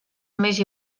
més